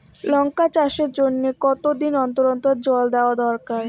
লঙ্কা চাষের জন্যে কতদিন অন্তর অন্তর জল দেওয়া দরকার?